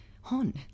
Hon